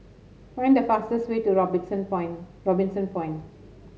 find the fastest way to Robinson Point Robinson Point